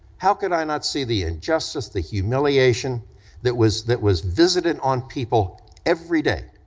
how could i not see the injustice, the humiliation that was that was visited on people every day,